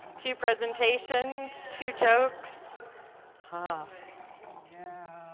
two presentations two jokes ah yeah